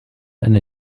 eine